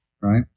right